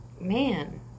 Man